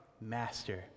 master